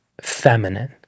feminine